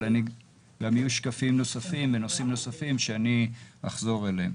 אבל יהיו שקפים נוספים בנושאים נוספים שאני אחזור אליהם.